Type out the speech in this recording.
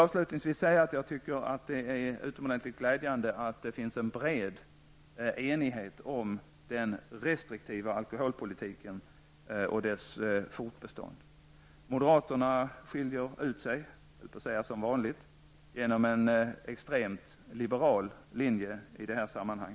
Avslutningsvis vill jag säga att det är utomordentligt glädjande att det finns en bred enighet om den restriktiva alkoholpolitiken och dess fortbestånd. Moderaterna skiljer ut sig -- som vanligt höll jag på att säga -- genom en extremt liberal linje i detta sammanhang.